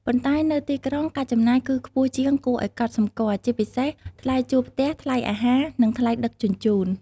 ប៉ុន្តែនៅទីក្រុង ការចំណាយ គឺខ្ពស់ជាងគួរឲ្យកត់សម្គាល់ ជាពិសេសថ្លៃជួលផ្ទះ ថ្លៃអាហារ និងថ្លៃដឹកជញ្ជូន។